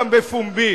בתל-אביב רוצחים.